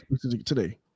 today